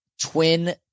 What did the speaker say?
twin